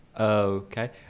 Okay